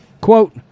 Quote